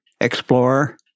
explorer